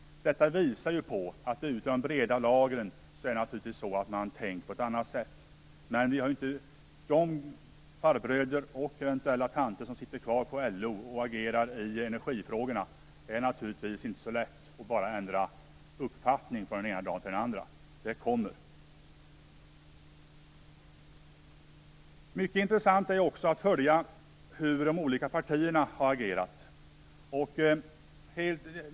Detta visar att man tänker på ett annat sätt i de breda lagren. Det är naturligtvis inte så lätt för de farbröder och eventuella tanter som sitter kvar på LO och som agerar i energifrågorna att ändra uppfattning från den ena dagen till den andra. Det kommer. Mycket intressant är ockå att följa hur de olika partierna har agerat.